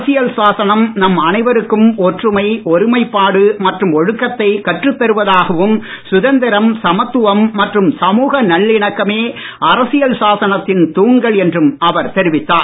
அரசியல் சாசனம் நம் அனைவருக்கும் ஒற்றுமை ஒருமைப்பாடு மற்றும் ஒழுக்கத்தை கற்றுத் தருவதாகவும் சுதந்திரம் சமத்துவம் மற்றும் சமுக நல்லிணக்கமே அரசியல் சாசனத்தின் தூண்கள் என்றும் அவர் தெரிவித்தார்